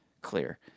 clear